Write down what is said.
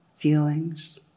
feelings